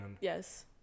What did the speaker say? Yes